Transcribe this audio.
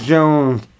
Jones